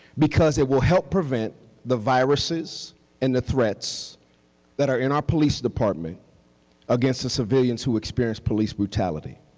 because it will help prevent the viruses and the threats that are in our police department against the civilians who experience police brutality.